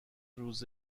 روز